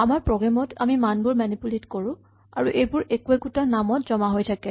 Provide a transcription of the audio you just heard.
আমাৰ প্ৰগ্ৰেম ত আমি মানবোৰ মেনিপুলেট কৰো আৰু এইবোৰ একো একোটা নাম ত জমা হৈ থাকে